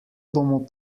bomo